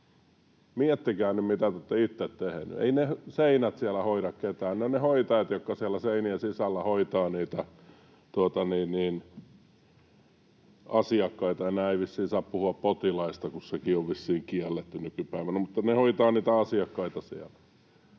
Miettikää nyt, mitä te olette itse tehneet. Eivät ne seinät siellä hoida ketään, ne ovat ne hoitajat, jotka siellä seinien sisällä hoitavat niitä asiakkaita. Enää ei vissiin saa puhua potilaista, kun sekin on vissiin kielletty nykypäivänä, mutta he hoitavat niitä asiakkaita siellä.